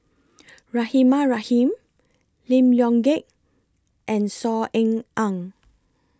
Rahimah Rahim Lim Leong Geok and Saw Ean Ang